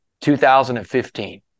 2015